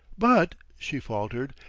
but, she faltered,